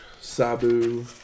Sabu